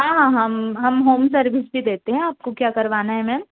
हाँ हाँ हम हम होम सर्विस भी देते हैं आपको क्या करवाना हैं मैम